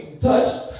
touch